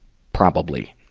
probably.